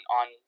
on